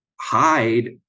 hide